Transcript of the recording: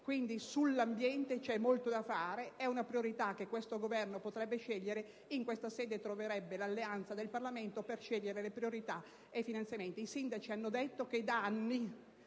di ambiente c'è molto da fare: è una priorità che il Governo potrebbe scegliere, e in questa sede troverebbe l'alleanza del Parlamento per individuare le priorità ed i finanziamenti. I sindaci hanno detto che da anni